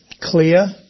clear